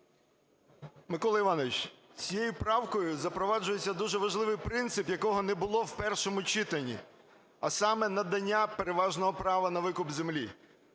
Микола Іванович, цією правкою запроваджується дуже важливий принцип, якого не було в першому читанні, а саме: надання переважного права на викуп землі.